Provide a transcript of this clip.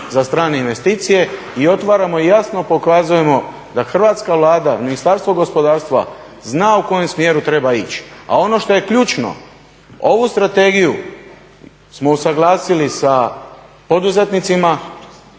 za strane investicije, i otvaramo i jasno pokazujemo da Hrvatska vlada, Ministarstvo gospodarstva zna u kojem smjeru treba ići. A ono što je ključno, ovu strategiju smo usuglasili sa poduzetnicima